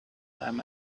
time